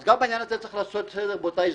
אז גם בעניין הזה צריך לעשות סדר באותה הזדמנות.